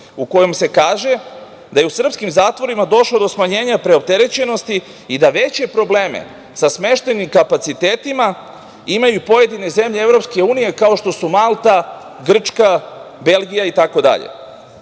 u kojem se kaže da je u srpskim zatvorima došlo do smanjenja preopterećenosti i da veće probleme sa smeštajnim kapacitetima imaju i pojedine zemlje EU, kao što su Malta, Grčka, Belgija itd. Sve